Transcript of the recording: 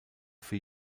für